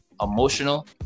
emotional